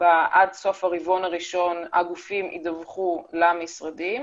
עד סוף הרבעון הראשון הגופים ידווחו למשרדים